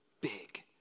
big